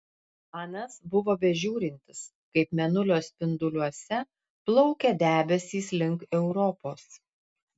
anas buvo bežiūrintis kaip mėnulio spinduliuose plaukia debesys link europos